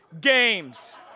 games